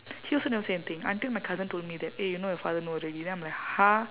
he also never say anything until my cousin told me that eh you know your father know already then I'm like !huh!